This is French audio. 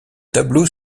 tableau